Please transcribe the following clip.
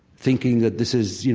thinking that, this is, you